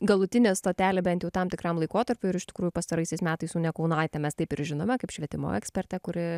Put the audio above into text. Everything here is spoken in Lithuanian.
galutinė stotelė bent tam tikram laikotarpiui ir iš tikrųjų pastaraisiais metais unę kunaitę mes taip ir žinome kaip švietimo ekspertę kuri